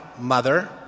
Mother